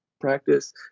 practice